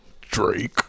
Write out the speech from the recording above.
Drake